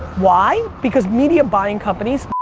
why? because media buying companies